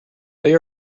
they